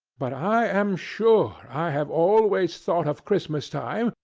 but i am sure i have always thought of christmas time,